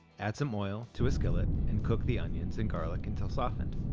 add some oil to a skillet and cook the onions and garlic until softened.